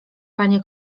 panie